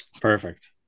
Perfect